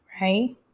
right